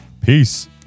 Peace